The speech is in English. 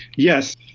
yes,